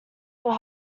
will